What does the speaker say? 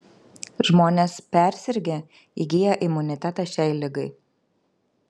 žmonės persirgę įgyja imunitetą šiai ligai